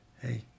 hey